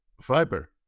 fiber